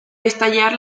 estallar